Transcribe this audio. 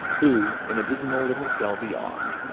who in a dismal little cell beyond,